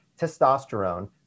testosterone